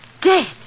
Dead